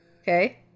Okay